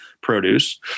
produce